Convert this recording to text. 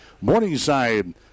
Morningside